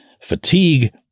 fatigue